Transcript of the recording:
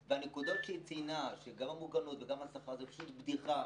והנקודות שהיא ציינה גם מוגנות וגם השכר זאת פשוט בדיחה.